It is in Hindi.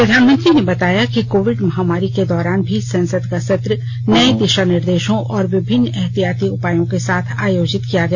प्रधानमंत्री ने बताया कि कोविड महामारी के दौरान भी संसद का सत्र नये दिशा निर्देशों और विभिन्न ऐहतियाती उपायों के साथ आयोजित किया गया